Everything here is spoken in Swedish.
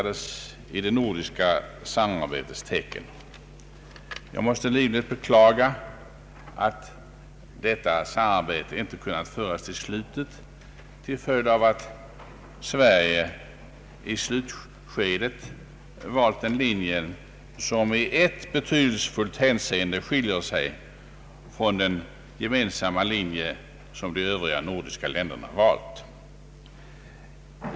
des i det nordiska samarbetets tecken. Jag måste livligt beklaga att detta samarbete inte kunnat fullföljas på grund av att Sverige i slutskedet valt en linje, som i ett betydelsefullt hänseende skiljer sig från den gemensamma linje de Övriga nordiska läderna valt.